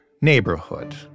neighborhood